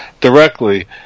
directly